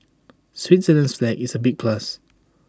Switzerland's flag is A big plus